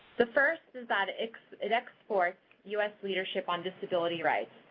the first is that it exports u s. leadership on disability rights.